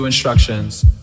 instructions